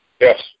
Yes